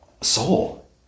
soul